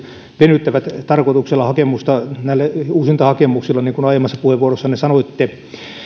venyttävät tarkoituksella hakemustaan näillä uusintahakemuksilla niin kuin aiemmassa puheenvuorossanne sanoitte